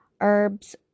Herbs